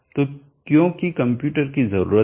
तो क्योंकि कंप्यूटर की जरूरत है